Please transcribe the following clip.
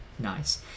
Nice